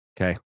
Okay